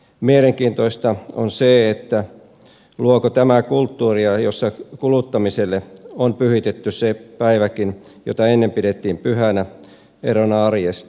mielenkiintoista on se luoko tämä kulttuuria jossa kuluttamiselle on pyhitetty sekin päivä jota ennen pidettiin pyhänä erona arjesta